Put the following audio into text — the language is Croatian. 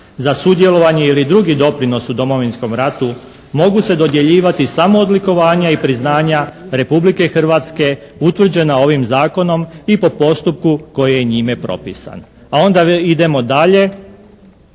za sudjelovanje ili drugi doprinos u Domovinskom ratu mogu se dodjeljivati samo odlikovanja i priznanja Republike Hrvatske utvrđena ovim zakonom i po postupku koji je njime propisan." A onda idemo dalje,